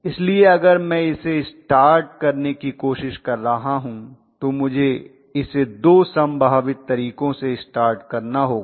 इसलिए अगर मैं इसे स्टार्ट करने की कोशिश कर रहा हूं तो मुझे इसे दो संभावित तरीकों से स्टार्ट करना होगा